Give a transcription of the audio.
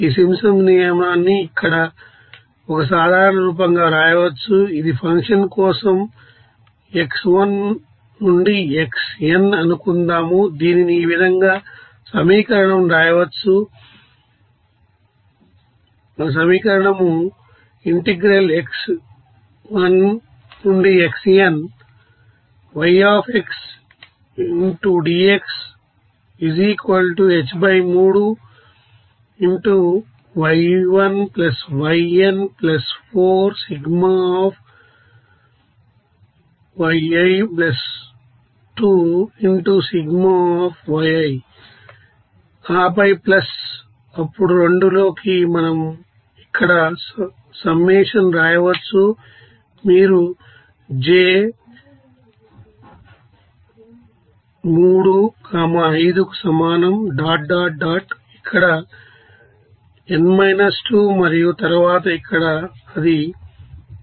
ఈ సింప్సన్స్ నియమాన్ని ఇక్కడ ఒక సాధారణ రూపంగా వ్రాయవచ్చు ఇది ఫంక్షన్ కోసం x1 నుండి xn అనుకుందాం దీనిని ఈ విధంగా సమీకరణం వ్రాయవచ్చు ఆపై ప్లస్ అప్పుడు 2 లోకి మనం ఇక్కడ సమ్మషన్ రాయవచ్చు మీరు j 3 5 కు సమానం డాట్ డాట్ డాట్ ఇక్కడ n 2 మరియు తరువాత ఇక్కడ అది yj